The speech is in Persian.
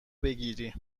بگیری